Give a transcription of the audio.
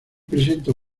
presenta